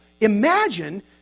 imagine